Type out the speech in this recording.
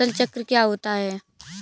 फसल चक्र क्या होता है?